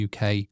UK